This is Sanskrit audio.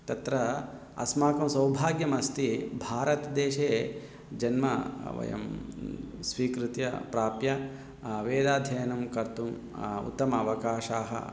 तत्र अस्माकं सौभाग्यमस्ति भारतदेशे जन्म वयं स्वीकृत्य प्राप्य वेदाध्ययनं कर्तुम् उत्तमाः अवकाशाः